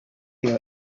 your